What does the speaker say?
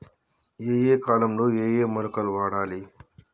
ఏయే కాలంలో ఏయే మొలకలు వాడాలి?